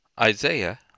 Isaiah